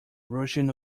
russian